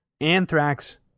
Anthrax